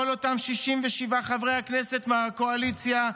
כל אותם 67 חברי הכנסת מהקואליציה,